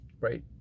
Right